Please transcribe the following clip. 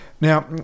Now